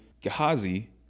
Gehazi